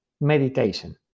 meditation